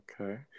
Okay